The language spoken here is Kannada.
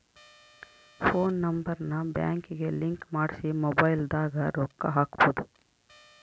ಫೋನ್ ನಂಬರ್ ನ ಬ್ಯಾಂಕಿಗೆ ಲಿಂಕ್ ಮಾಡ್ಸಿ ಮೊಬೈಲದಾಗ ರೊಕ್ಕ ಹಕ್ಬೊದು